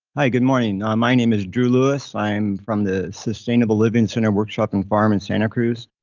hi, good morning. my name is drew lewis. i'm from the sustainable living center workshopping farm in santa cruz.